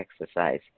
exercise